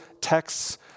texts